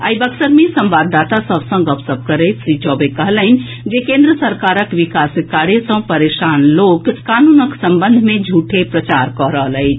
आइ बक्सर मे संवाददाता सभ सॅ गपशप करैत श्री चौबे कहलनि जे केन्द्र सरकारक विकास कार्य सॅ परेशान लोक कानूनक संबंध मे झूठ प्रचार कऽ रहल अछि